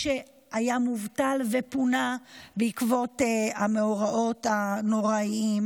שהיה מובטל ופונה בעקבות המאורעות הנוראיים,